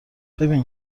ببین